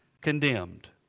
condemned